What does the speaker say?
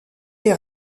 est